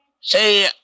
Say